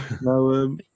No